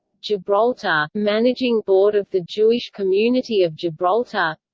gibraltar managing board of the jewish community of gibraltar